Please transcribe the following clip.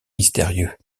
mystérieux